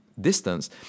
distance